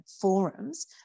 forums